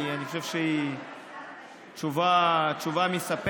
אני חושב שהיא תשובה מספקת.